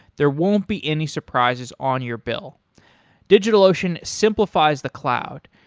there won't be any surprises on your bill digitalocean simplifies the cloud.